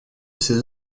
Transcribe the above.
ses